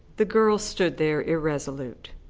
the girl stood there, irresolute.